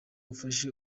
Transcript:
ufashe